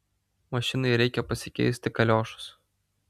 mašinai reikia pasikeisti kaliošus